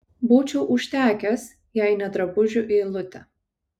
būčiau užtekęs jei ne drabužių eilutė